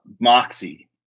moxie